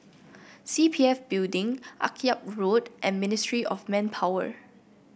C P F Building Akyab Road and Ministry of Manpower